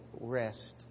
rest